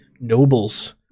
nobles